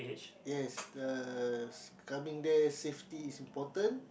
yes the s~ coming there safety is important